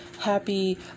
Happy